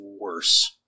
worse